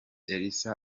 elsa